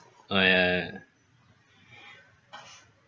oh ya ya ya